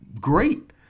great